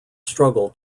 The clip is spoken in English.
struggle